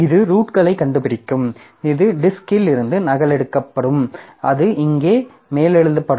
இது ரூட்களைக் கண்டுபிடிக்கும் இது டிஸ்க்கில் இருந்து நகலெடுக்கப்படும் அது இங்கே மேலெழுதப்படும்